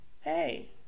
hey